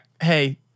hey